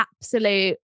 absolute